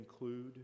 include